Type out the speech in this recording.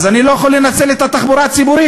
אז אני לא יכול לנצל את התחבורה הציבורית.